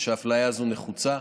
ושהאפליה הזאת נחוצה.